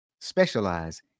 specialize